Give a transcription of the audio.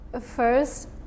first